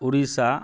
Orissa